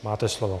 Máte slovo.